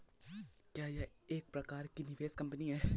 क्या यह एक प्रकार की निवेश कंपनी है?